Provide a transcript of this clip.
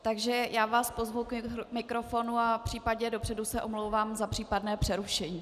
Takže vás pozvu k mikrofonu a případně dopředu se omlouvám za případné přerušení.